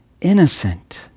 innocent